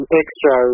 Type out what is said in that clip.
extra